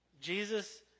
Jesus